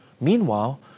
Meanwhile